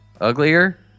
uglier